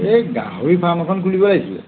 এই গাহৰি ফাৰ্ম এখন খুলিব লাগিছিলে